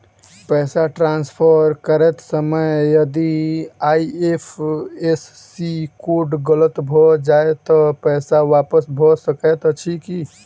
पैसा ट्रान्सफर करैत समय यदि आई.एफ.एस.सी कोड गलत भऽ जाय तऽ पैसा वापस भऽ सकैत अछि की?